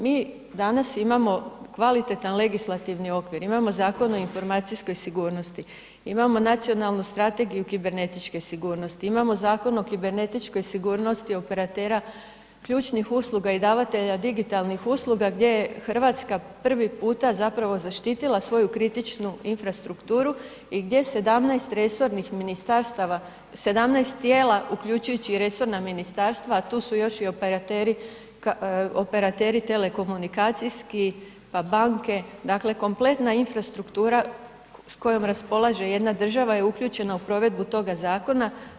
Mi danas imamo kvalitetan legislativni okvir, imamo Zakon o informacijskoj sigurnosti, imamo Nacionalnu strategiju kibernetičke sigurnosti, imamo Zakon o kibernetičkoj sigurnosti operatera ključnih usluga i davatelja digitalnih usluga gdje je Hrvatska prvi puta zapravo zaštitila svoju kritičnu infrastrukturu i gdje 17 resornih ministarstava, 17 tijela uključujući i resorna ministarstva, a tu su još i operateri, operateri telekomunikacijski, pa banke, dakle kompletna infrastruktura s kojom raspolaže jedna država je uključena u provedbu toga zakona.